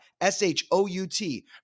S-H-O-U-T